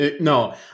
No